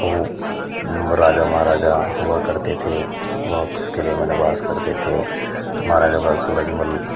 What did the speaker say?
वह राजा महराजा हुआ करते थे उस किले में निवास करते थे महराजा सूरजमल